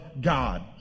God